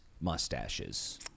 mustaches